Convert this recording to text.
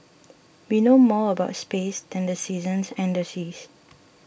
we know more about space than the seasons and the seas